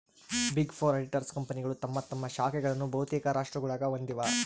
big four auditors ಕಂಪನಿಗಳು ತಮ್ಮ ತಮ್ಮ ಶಾಖೆಗಳನ್ನು ಬಹುತೇಕ ರಾಷ್ಟ್ರಗುಳಾಗ ಹೊಂದಿವ